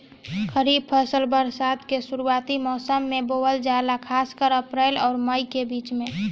खरीफ फसल बरसात के शुरूआती मौसम में बोवल जाला खासकर अप्रैल आउर मई के बीच में